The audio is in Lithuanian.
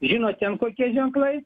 žino ten kokie ženklai